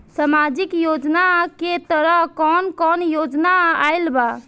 सामाजिक योजना के तहत कवन कवन योजना आइल बा?